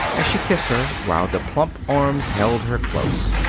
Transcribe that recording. as she kissed her, while the plump arms held her close.